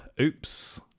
oops